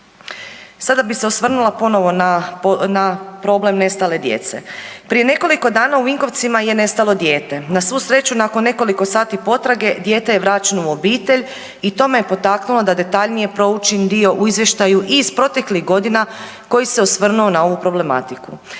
Sada bih se osvrnula ponovo na problem nestale djece. Prije nekoliko dana u Vinkovcima je nestalo dijete. Na svu sreću, nakon nekoliko sati potrage dijete je vraćeno u obitelj i to me je potaknulo da detaljnije proučim dio u izvještaju i iz proteklih godina koji se osvrnuo na ovu problematiku.